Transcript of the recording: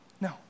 No